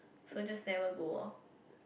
so just never go loh